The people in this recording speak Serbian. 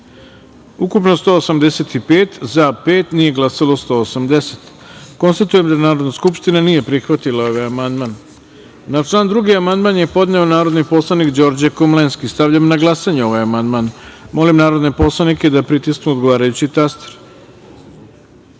- 179 narodnih poslanika. Konstatujem da Narodna skupština nije prihvatila ovaj amandman. Na član 11. amandman je podneo narodni poslanik Đorđe Komlenski. Stavljam na glasanje ovaj amandman. Molim narodne poslanike da pritisnu odgovarajući